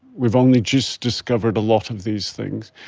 we've only just discovered a lot of these things.